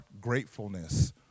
gratefulness